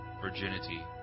virginity